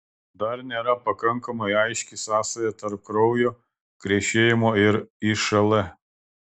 dar nėra pakankamai aiški sąsaja tarp kraujo krešėjimo ir išl